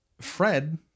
Fred